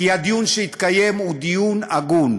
כי הדיון שהתקיים היה דיון הגון,